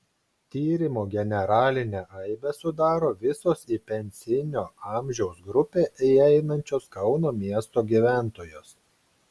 tyrimo generalinę aibę sudaro visos į pensinio amžiaus grupę įeinančios kauno miesto gyventojos